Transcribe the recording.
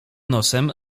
nosem